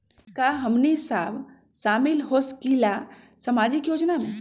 का हमनी साब शामिल होसकीला सामाजिक योजना मे?